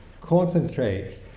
concentrate